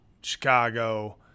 Chicago